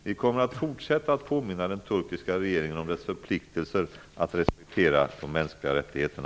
Vi kommer att fortsätta att påminna den turkiska regeringen om dess förpliktelser att respektera de mänskliga rättigheterna.